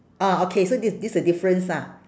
orh okay so this is this is the difference lah